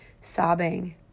sobbing